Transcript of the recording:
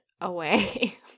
away